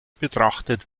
betrachtet